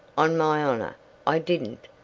on my honor i didn't,